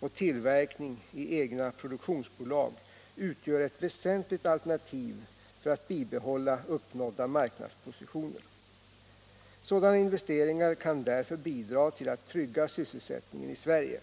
och tillverkning i egna produktionsbolag utgör ett väsentligt alternativ för att bibehålla uppnådda marknadspositioner. Sådana investeringar kan därför bidra till att trygga sysselsättningen i Sverige.